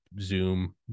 zoom